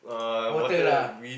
water lah